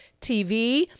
TV